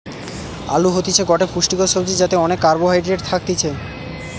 আলু হতিছে গটে পুষ্টিকর সবজি যাতে অনেক কার্বহাইড্রেট থাকতিছে